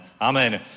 Amen